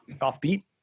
offbeat